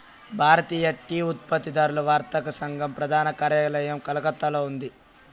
భారతీయ tea ఉత్పత్తిదారుల వర్తక సంఘం ప్రధాన కార్యాలయం కలకత్తాలో ఉంది